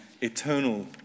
eternal